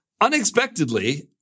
unexpectedly